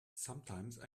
sometines